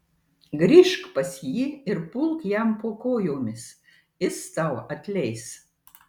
grįžk pas jį ir pulk jam po kojomis jis tau atleis